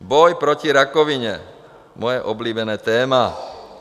Boj proti rakovině, moje oblíbené téma.